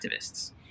activists